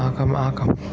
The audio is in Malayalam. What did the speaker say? ആ കം ആ കം